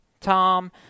Tom